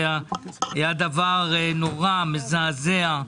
זה היה דבר נורא ומזעזע.